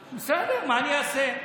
בסדר, מה אני אעשה?